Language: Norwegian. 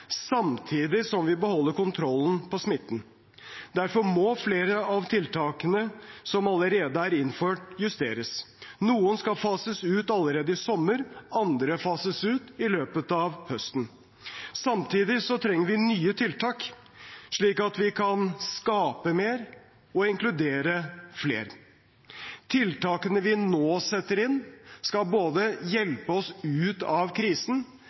samtidig som vi beholder kontrollen på smitten. Derfor må flere av tiltakene som allerede er innført, justeres. Noen skal fases ut allerede i sommer. Andre fases ut i løpet av høsten. Samtidig trenger vi nye tiltak, slik at vi kan skape mer og inkludere flere. Tiltakene vi nå setter inn, skal både hjelpe oss ut av krisen